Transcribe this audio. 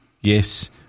Yes